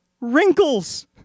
wrinkles